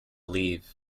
leave